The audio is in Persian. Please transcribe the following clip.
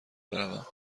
بروم